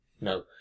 no